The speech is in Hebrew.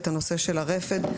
את הנושא של הרפד,